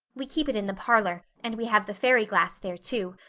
we keep it in the parlor and we have the fairy glass there, too.